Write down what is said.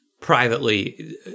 privately